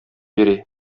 йөри